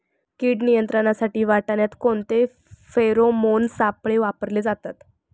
कीड नियंत्रणासाठी वाटाण्यात कोणते फेरोमोन सापळे वापरले जातात?